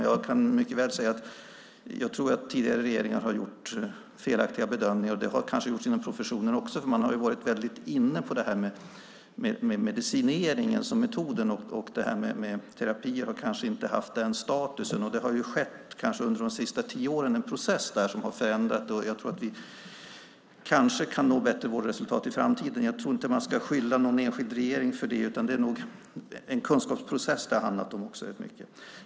Jag kan mycket väl säga att jag tror att tidigare regeringar har gjort felaktiga bedömningar. Det har kanske gjorts inom professionen också, för man har varit väldigt inne på det här med medicinering som metod. Terapi har kanske inte haft samma status. Under de senaste tio åren har det skett en process som har förändrat det. Jag tror att vi kan nå bättre vårdresultat i framtiden. Man ska nog inte skylla någon enskild regering för det, utan det har nog också handlat rätt mycket om en kunskapsprocess. Fru talman!